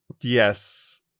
Yes